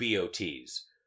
BOTs